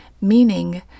Meaning